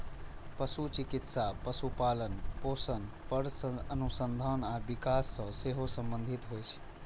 पशु चिकित्सा पशुपालन, पोषण पर अनुसंधान आ विकास सं सेहो संबंधित होइ छै